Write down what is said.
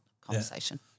conversation